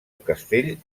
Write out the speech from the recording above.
castell